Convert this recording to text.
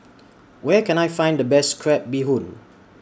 Where Can I Find The Best Crab Bee Hoon